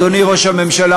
אדוני ראש הממשלה,